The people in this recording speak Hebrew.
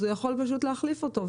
הוא יכול פשוט להחליף אותו,